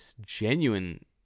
genuine